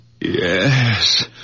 Yes